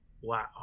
Wow